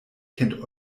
kennt